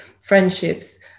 friendships